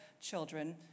children